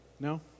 No